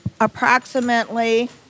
approximately